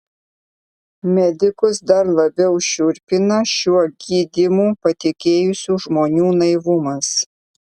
medikus dar labiau šiurpina šiuo gydymu patikėjusių žmonių naivumas